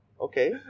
Okay